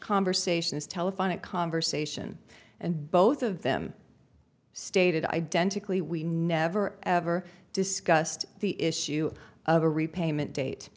conversation is telephonic conversation and both of them stated identically we never ever discussed the issue of a repayment date